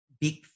big